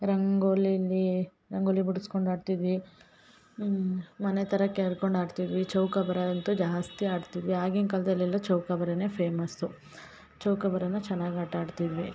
ರಂಗೋಲಿಲಿ ರಂಗೋಲಿ ಬಿಡಸ್ಕೊಂಡು ಆಡ್ತಿದ್ವಿ ಮನೆ ಥರ ಕೆರ್ಕೊಂಡ್ ಆಡ್ತಿದ್ವಿ ಚೌಕಾಬಾರ ಅಂತು ಜಾಸ್ತಿ ಆಡ್ತಿದ್ವಿ ಆಗಿನ ಕಾಲ್ದಲ್ಲಿ ಎಲ್ಲ ಚೌಕಾಬಾರನೆ ಫೇಮಸ್ಸು ಚೌಕಾಬಾರನ ಚೆನ್ನಾಗಿ ಆಟ ಆಡ್ತಿದ್ವಿ